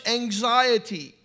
anxiety